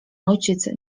ojciec